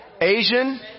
Asian